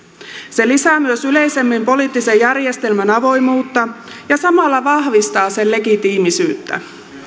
se lisää myös yleisemmin poliittisen järjestelmän avoimuutta ja samalla vahvistaa sen legitiimisyyttä